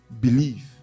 believe